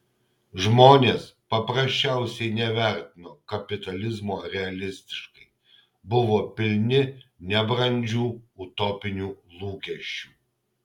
žmonės paprasčiausiai nevertino kapitalizmo realistiškai buvo pilni nebrandžių utopinių lūkesčių